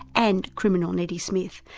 and criminal neddy smith,